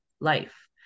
life